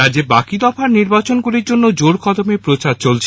রাজ্যের বাকি দফার নির্বাচনের জন্য জোরকদমে প্রচার চলছে